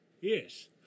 Yes